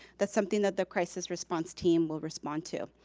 that's something that the crisis response team will respond to.